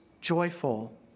joyful